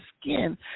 skin